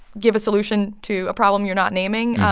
give a solution to a problem you're not naming.